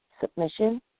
submission